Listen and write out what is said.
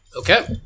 Okay